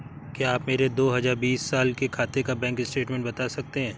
क्या आप मेरे दो हजार बीस साल के खाते का बैंक स्टेटमेंट बता सकते हैं?